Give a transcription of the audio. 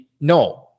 No